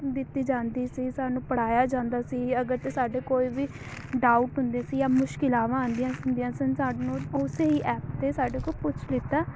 ਦਿੱਤੀ ਜਾਂਦੀ ਸੀ ਸਾਨੂੰ ਪੜ੍ਹਾਇਆ ਜਾਂਦਾ ਸੀ ਅਗਰ ਤਾਂ ਸਾਡੇ ਕੋਈ ਵੀ ਡਾਊਟ ਹੁੰਦੇ ਸੀ ਜਾਂ ਮੁਸ਼ਕਿਲਾਵਾਂ ਆਉਂਦੀਆਂ ਹੁੰਦੀਆਂ ਸਨ ਸਾਨੂੰ ਉਸੇ ਹੀ ਐਪ 'ਤੇ ਸਾਡੇ ਕੋਲ ਪੁੱਛ ਲਿੱਤਾ